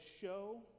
show